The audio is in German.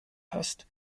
hast